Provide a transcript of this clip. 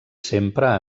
sempre